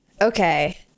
okay